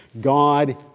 God